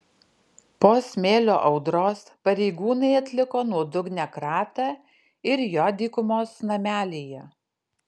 po smėlio audros pareigūnai atliko nuodugnią kratą ir jo dykumos namelyje